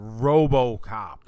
RoboCop